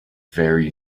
very